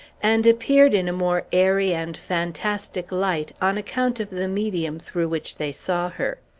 and appeared in a more airy and fantastic light on account of the medium through which they saw her.